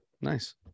nice